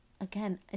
again